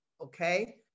okay